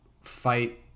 fight